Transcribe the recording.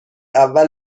اول